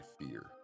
fear